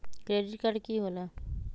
Credit card की होला?